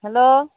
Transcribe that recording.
hello